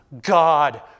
God